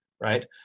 Right